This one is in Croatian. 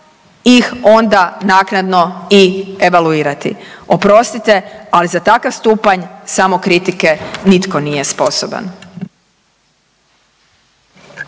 ih onda naknadno i evaluirati. Oprostite, ali za takav stupanj samokritike nitko nije sposoban.